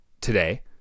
today